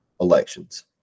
elections